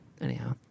Anyhow